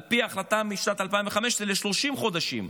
על פי החלטה משנת 2015, ל-30 חודשים.